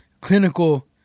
Clinical